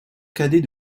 cadet